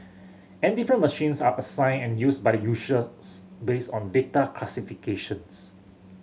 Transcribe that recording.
and different machines are assigned and used by based on data classifications